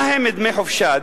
מהם דמי חופשה?